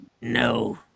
No